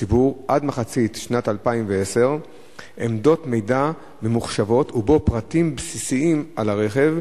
הציבור עד מחצית שנת 2010 עמדות מידע ממוחשבות ובהן פרטים בסיסיים על הרכב.